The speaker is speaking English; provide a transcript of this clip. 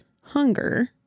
hunger